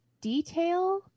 detail